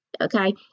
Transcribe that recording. okay